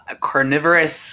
carnivorous